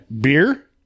beer